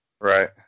Right